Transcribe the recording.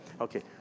Okay